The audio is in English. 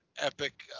epic